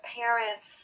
parents